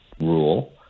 rule